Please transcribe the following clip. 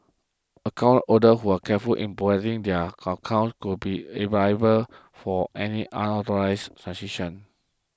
account holders who were careful in protecting their accounts would not be liable for any transactions